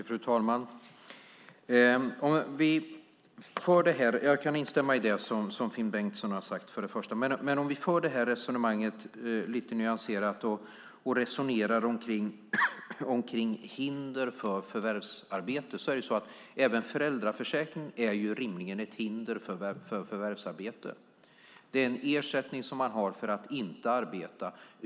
Fru talman! Jag kan instämma i det Finn Bengtsson har sagt, först och främst. Om vi dock för detta resonemang lite nyanserat och resonerar kring hinder för förvärvsarbete ser vi att även föräldraförsäkringen rimligen är ett hinder för förvärvsarbete. Det är en ersättning som man har för att inte arbeta.